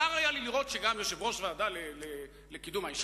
צר היה לי לראות שגם יושבת-ראש הוועדה לקידום מעמד